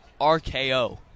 RKO